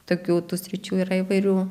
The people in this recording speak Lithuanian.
tokių tų sričių yra įvairių